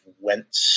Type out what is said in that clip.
went